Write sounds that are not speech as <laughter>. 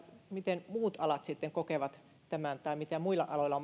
miten muut alat sitten kokevat tämän tai mitä menetyksiä muilla aloilla <unintelligible>